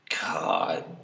God